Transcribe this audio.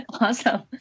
awesome